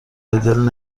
بدل